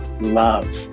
love